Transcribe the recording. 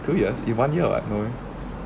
two years in one year [what] no meh